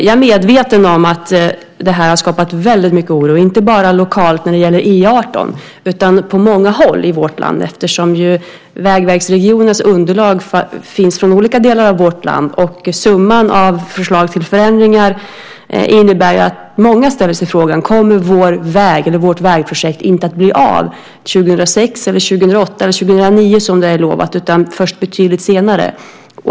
Jag är medveten om att det här har skapat väldigt mycket oro, inte bara lokalt när det gäller E 18 utan på många håll i vårt land. Vägsverksregionens underlag finns från olika delar av vårt land. Summan av förslagen till förändringar innebär att många ställer sig frågan: Kommer vårt vägprojekt inte att bli av 2006, 2008 eller 2009 som det är lovat utan först betydligt senare?